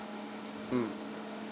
hmm